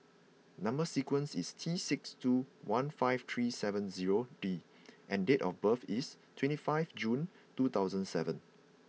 number sequence is T six two one five three seven zero D and date of birth is twenty five June two thousand seven